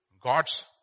God's